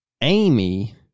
Amy